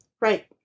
right